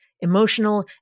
emotional